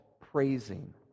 praising